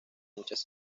muchas